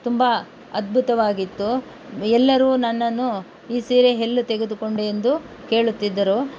ತುಂಬ ಅದ್ಭುತವಾಗಿತ್ತು ಎಲ್ಲರೂ ನನ್ನನ್ನು ಈ ಸೀರೆ ಎಲ್ಲಿ ತೆಗೆದುಕೊಂಡೆ ಎಂದು ಕೇಳುತ್ತಿದ್ದರು